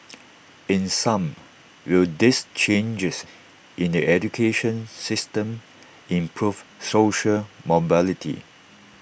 in sum will these changes in the education system improve social mobility